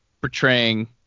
portraying